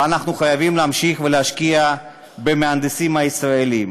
ואנחנו חייבים להמשיך ולהשקיע במהנדסים הישראלים.